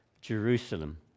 Jerusalem